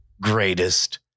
greatest